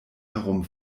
herum